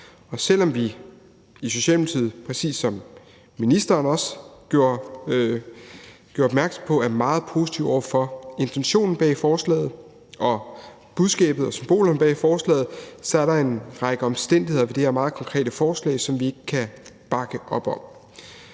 Og selv om vi i Socialdemokratiet – som ministeren gjorde opmærksom på – er meget positive over for intentionen bag forslaget og budskabet og symbolikken bag forslaget, er der en række omstændigheder ved det her meget konkrete forslag, som vi ikke kan bakke op om,